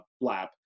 lab